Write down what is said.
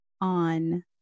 on